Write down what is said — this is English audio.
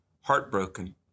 heartbroken